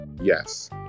Yes